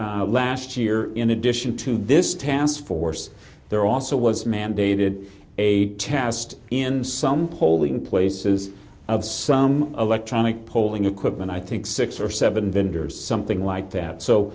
last year in addition to this task force there also was mandated a test in some polling places of some of the tronic polling equipment i think six or seven vendors something like that so